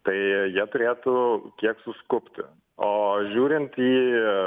tai jie turėtų kiek suskubti o žiūrint į